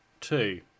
two